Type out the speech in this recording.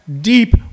deep